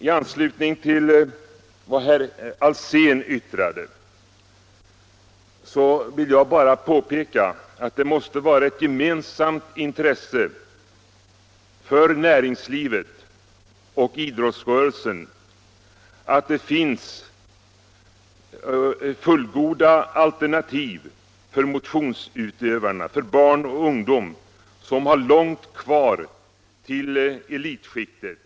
I anslutning till vad herr Alsén yttrade vill jag bara påpeka att det måste vara ett gemensamt intresse för näringslivet och idrottsrörelsen att det finns fullgoda alternativ för motionsutövarna, för barn och ungdom som har långt kvar till elitskiktet.